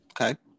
Okay